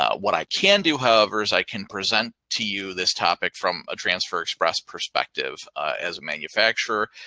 ah what i can do however is i can present to you this topic from a transfer express perspective as a manufacturer,